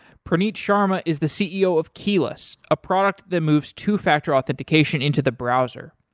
praneet sharma is the ceo of keyless a product that moves two-factor authentication into the browser.